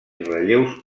relleus